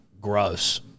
gross